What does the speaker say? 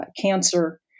cancer